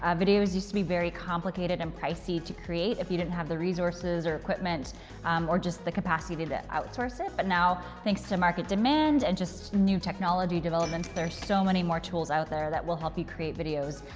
ah videos used to be very complicated and pricey to create if you didn't have the resources or equipment or just the capacity to outsource it. but now, thanks to market demand and just new technology developments, there are so many more tools out there that will help you create videos.